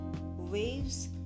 waves